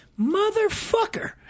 motherfucker